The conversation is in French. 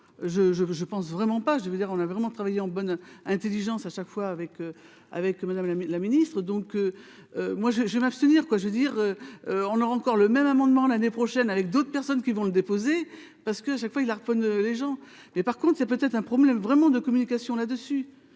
je, je pense vraiment pas, je veux dire, on a vraiment travaillé en bonne Intelligence, à chaque fois avec avec madame la la Ministre, donc moi je je m'abstenir, quoi, je veux dire, on aura encore le même amendement l'année prochaine avec d'autres personnes qui vont le déposer parce que à chaque fois, il les gens, mais par contre, c'est peut-être un problème vraiment de communication là-dessus,